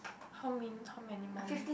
how m~ how many more minutes